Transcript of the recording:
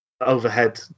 overhead